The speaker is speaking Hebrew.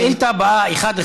השאילתות הבאות, מס'